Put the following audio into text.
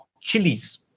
chilies